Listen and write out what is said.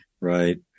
Right